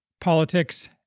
politics